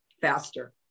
faster